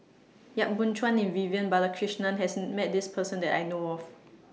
Yap Boon Chuan and Vivian Balakrishnan has Met This Person that I know of